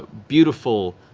beautiful,